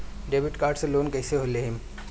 Debit card से loan कईसे लेहम?